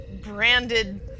branded